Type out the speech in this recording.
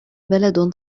بلد